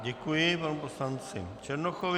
Děkuji panu poslanci Černochovi.